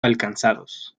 alcanzados